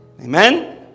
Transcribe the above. Amen